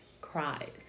cries